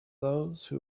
those